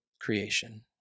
creation